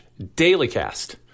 dailycast